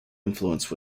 influence